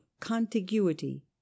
contiguity